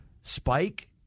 spike